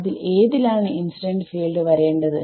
അതിൽ ഏതിലാണ് incident field വരേണ്ടത്